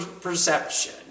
perception